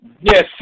Yes